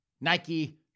Nike